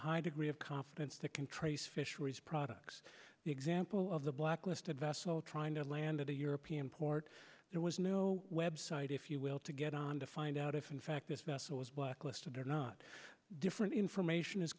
high degree of confidence that can trace fisheries products the example of the blacklisted vessel trying to land at a european port there was no website if you will to get on to find out if in fact this vessel was blacklisted or not different information is